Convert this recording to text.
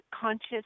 conscious